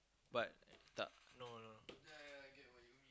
but tak no no no